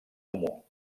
comú